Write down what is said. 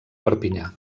perpinyà